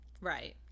Right